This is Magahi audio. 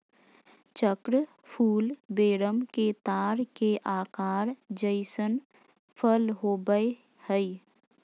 चक्र फूल वेरम के तार के आकार जइसन फल होबैय हइ